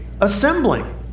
assembling